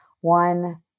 one